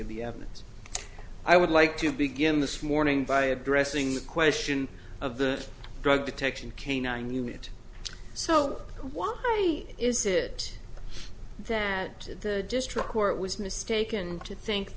of the evidence i would like to begin this morning by addressing the question of the drug detection canine unit so why is it that the district where it was mistaken to think